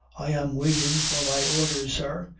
i am waiting for my orders, sir,